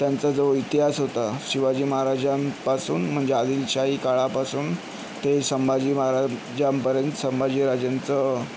त्यांचा जो इतिहास होता शिवाजी महाराजांंपासून म्हणजे आदिलशाही काळापासून ते संभाजी महाराजांंपर्यंत संभाजी राजेंचं